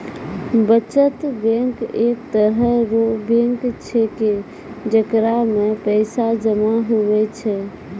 बचत बैंक एक तरह रो बैंक छैकै जेकरा मे पैसा जमा हुवै छै